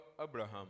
Abraham